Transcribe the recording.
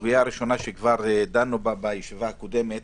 הסוגיה הראשונה שכבר דנו בה בישיבה הקודמת